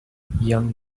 young